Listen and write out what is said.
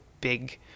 big